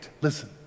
Listen